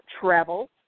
travel